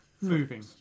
Moving